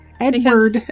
Edward